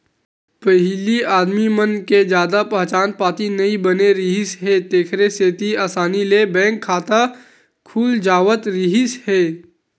पहिली आदमी मन के जादा पहचान पाती नइ बने रिहिस हे तेखर सेती असानी ले बैंक खाता खुल जावत रिहिस हे